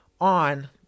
on –